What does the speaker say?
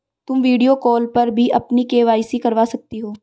तुम video call पर भी अपनी के.वाई.सी करवा सकती हो